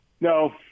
No